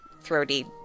throaty